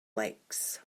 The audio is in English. lakes